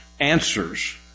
answers